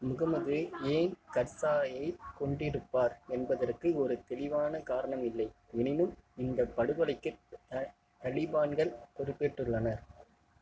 முஹம்மது ஏன் கர்சாயை கொன்றிருப்பார் என்பதற்கு ஒரு தெளிவான காரணம் இல்லை எனினும் இந்தப் படுகொலைக்கு தலிபான்கள் பொறுப்பேற்றுள்ளனர்